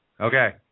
Okay